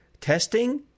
Testing